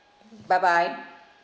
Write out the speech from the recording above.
mm bye bye